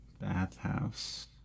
Bathhouse